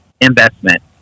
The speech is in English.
investment